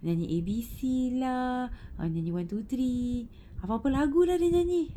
nyanyi A B C lah nyanyi one two three apa-apa lagu lah dia nyanyi